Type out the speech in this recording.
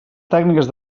tècniques